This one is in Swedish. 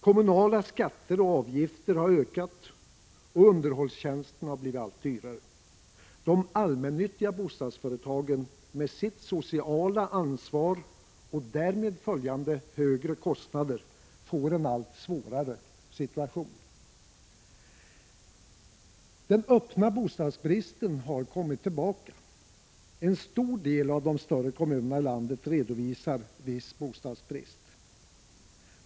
Kommunala skatter och avgifter har ökat och underhållstjänsten har blivit allt dyrare. De allmännyttiga bostadsföretagen med sitt sociala ansvar och därmed följande högre kostnader får en allt svårare situation. Den öppha bostadsbristen har kommit tillbaka. En stor del av de större kommunerna i landet redovisar viss bostadsbrist.